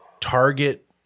target